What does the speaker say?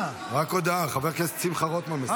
רק הודעה, חבר הכנסת שמחה רוטמן מסכם.